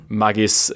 magis